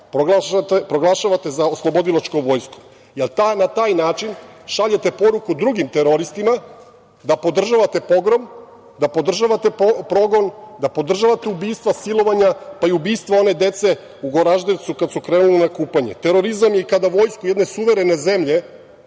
proglašavate oslobodilačkom vojskom, jer na taj način šaljete poruku drugim teroristima da podržavate pogrom, da podržavate progon, da podržavate ubistva, silovanja, pa i ubistva one dece u Goraždevcu kada su krenula na kupanje. Terorizam je i kada vojsku jedne suverene zemlje,